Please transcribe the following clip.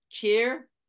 care